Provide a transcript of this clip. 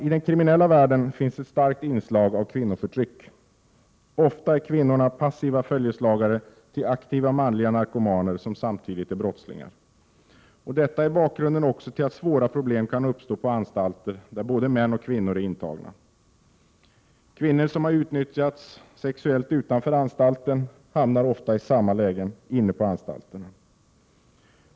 I den kriminella världen finns ett starkt inslag av kvinnoförtryck. Ofta är kvinnorna passiva följeslagare till aktiva manliga narkomaner som samtidigt är brottslingar. Detta är bakgrunden till att svåra problem kan uppstå på anstalter där både män och kvinnor är intagna. Kvinnor som har utnyttjats sexuellt utanför anstalten hamnar ofta i samma lägen inne på anstalterna.